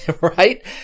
right